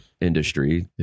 industry